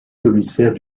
commissaires